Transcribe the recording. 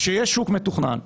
כששיש שוק מתוכנן,